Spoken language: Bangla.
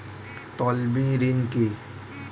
তলবি ঋণ কি?